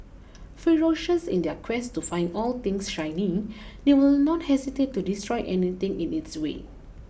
ferocious in their quest to find all things shiny they will not hesitate to destroy anything in its way